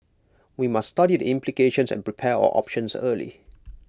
we must study the implications and prepare our options early